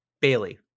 Bailey